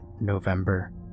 November